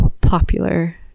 popular